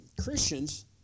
Christians